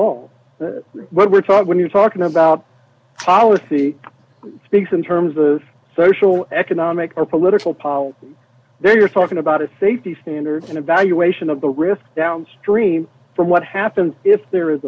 what we're talk when you're talking about policy speaks in terms of social economic or political policy then you're talking about a safety standards an evaluation of the risk downstream from what happens if there is